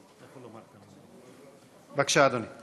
בבקשה, אדוני.